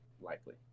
likely